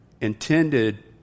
intended